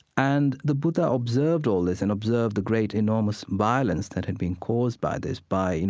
and the buddha observed all this and observed the great enormous violence that had been caused by this, by, you know,